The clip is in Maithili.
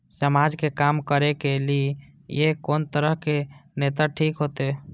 समाज के काम करें के ली ये कोन तरह के नेता ठीक होते?